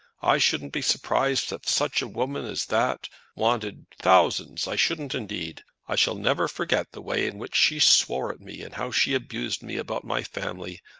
i shouldn't be surprised if such a woman as that wanted thousands! i shouldn't indeed. i shall never forget the way in which she swore at me and how she abused me about my family.